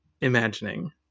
imagining